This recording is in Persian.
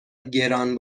گران